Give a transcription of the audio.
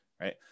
Right